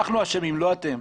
אנחנו אשמים לא אתם.